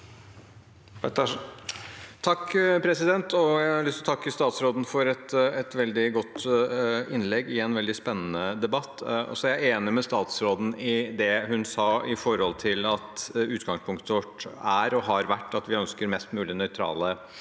har lyst til å takke statsråden for et veldig godt innlegg i en veldig spennende debatt. Jeg er enig med statsråden i det hun sa om at utgangspunktet vårt er og har vært at vi ønsker mest mulig nøytrale